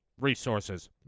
resources